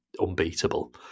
unbeatable